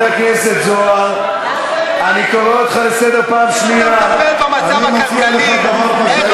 איך אתה מטפל במצב הכלכלי.